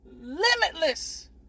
limitless